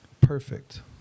perfect